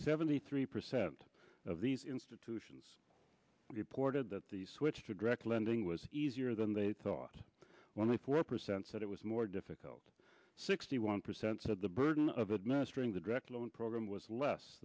seventy three percent of these institutions reported that the switch to direct lending was easier than they thought when the four percent said it was more difficult sixty one percent said the burden of administering the direct loan program was less